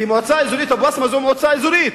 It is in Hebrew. כי אבו-בסמה היא מועצה אזורית,